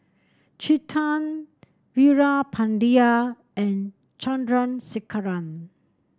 Chetan Veerapandiya and Chandrasekaran